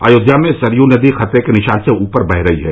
अयोध्या में सरयू नदी खतरे के निशान से ऊपर वह रही है